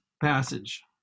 passage